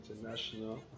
International